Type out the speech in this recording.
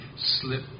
slip